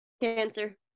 Cancer